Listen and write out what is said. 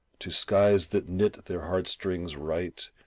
to skies that knit their heartstrings right,